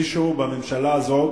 מישהו בממשלה הזאת,